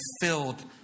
filled